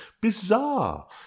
Bizarre